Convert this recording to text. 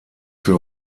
für